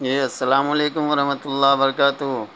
جی السلام علیکم و رحمۃ اللہ و برکاتہ